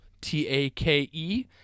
T-A-K-E